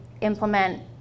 implement